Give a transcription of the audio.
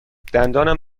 دندانم